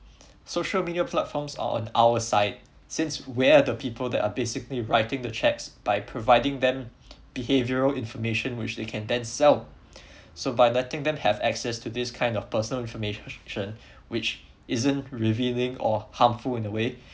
social media platforms are on our side since we are the people that are basically writing the chats by providing them behavioral information which they can then sell so by letting them have access to this kind of personal information which isn't revealing or harmful in a way